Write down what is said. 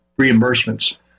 reimbursements